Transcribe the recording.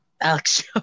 Alex